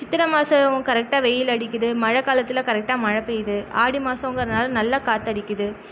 சித்திரை மாசம் கரெக்டாக வெயில் அடிக்குது மழை காலத்தில் கரெக்டாக மழை பெய்யுது ஆடி மாசங்கறனால நல்லா காற்றடிக்குது